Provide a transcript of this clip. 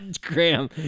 Graham